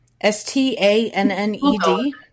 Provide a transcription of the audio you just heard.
S-T-A-N-N-E-D